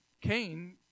Cain